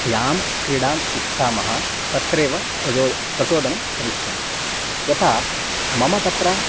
यां क्रीडाम् इच्छामः तत्रैव प्रजा प्रचोदनं करिष्यन्ति यथा मम तत्र